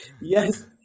yes